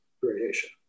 variation